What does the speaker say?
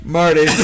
Marty